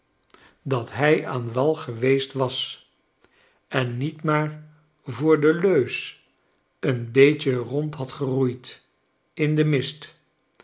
dat hij aan wal geweest was en niet maar voor de leus een beetje rond had geroeid in den mist